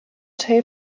tape